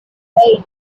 eight